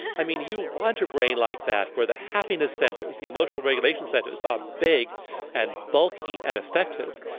i mean, you want your brain like that where the happiness centers, the emotion regulation centers are big and bulky and effective,